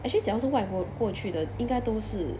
actually 只要是外国过去的应该都是